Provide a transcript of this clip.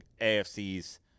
AFC's